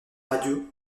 radio